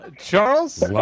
Charles